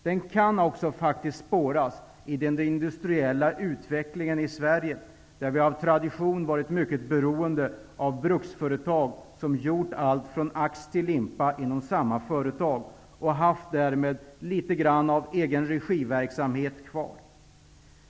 Den kan också spåras i den industriella utvecklingen i Sverige, där vi av tradition har varit mycket beroende av bruksföretag, som gjort allt från ax till limpa inom samma företag och därmed haft litet av egenregiverksamhet kvar.